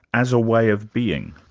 as a way of being.